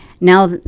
now